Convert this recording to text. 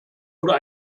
oder